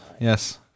Yes